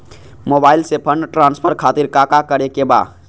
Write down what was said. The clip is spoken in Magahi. मोबाइल से फंड ट्रांसफर खातिर काका करे के बा?